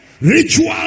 ritual